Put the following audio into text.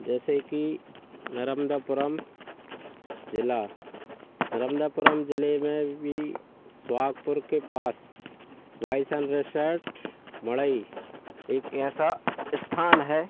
जैसे कि नर्मदापुरम ज़िला नर्मदापुरम ज़िले में भी सोहागपुर के पास वाइसन रेशर्ट मढ़ई एक ऐसा स्थान है